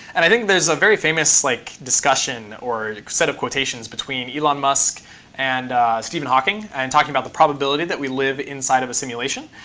and i think there's a very famous like discussion or set of quotations between elon musk and stephen hawking and and talking about the probability that we live inside of a simulation.